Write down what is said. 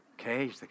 okay